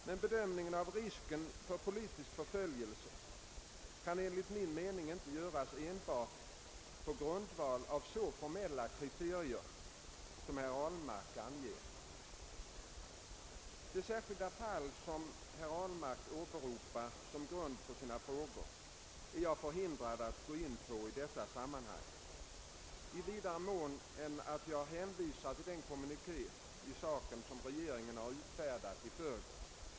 Men bedömningen av risken för politisk förföljel se kan enligt min mening inte göras enbart på grundval av så formella kriterier som herr Ahlmark anger. Det särskilda fall som herr Ahlmark åberopar som grund för sina frågor är jag förhindrad att gå in på i detta sammanhang i vidare mån än att jag hänvisar till den kommuniké i saken som regeringen har utfärdat i förrgår.